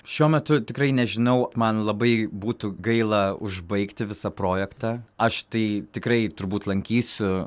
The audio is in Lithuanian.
šiuo metu tikrai nežinau man labai būtų gaila užbaigti visą projektą aš tai tikrai turbūt lankysiu